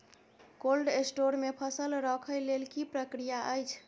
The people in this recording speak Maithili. कोल्ड स्टोर मे फसल रखय लेल की प्रक्रिया अछि?